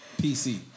PC